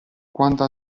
quando